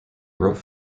rope